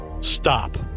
stop